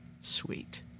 sweet